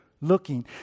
looking